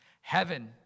Heaven